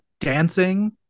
dancing